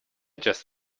just